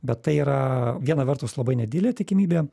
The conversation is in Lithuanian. bet tai yra viena vertus labai nedidelė tikimybė